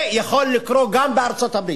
זה יכול לקרות גם בארצות-הברית,